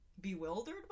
bewildered